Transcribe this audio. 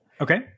Okay